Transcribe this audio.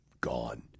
gone